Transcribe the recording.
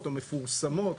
או מפורסמות,